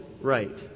right